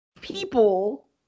people